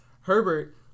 Herbert